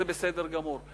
זה בסדר גמור.